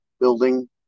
Building